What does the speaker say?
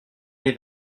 mes